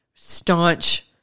Staunch